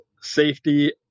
safety